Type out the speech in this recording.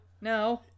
no